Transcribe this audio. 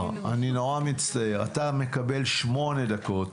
האוצר, אני נורא מצטער, אתה מקבל שמונה דקות.